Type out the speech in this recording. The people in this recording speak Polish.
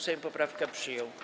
Sejm poprawkę przyjął.